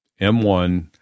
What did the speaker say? m1